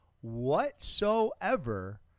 whatsoever